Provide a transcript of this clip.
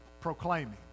proclaiming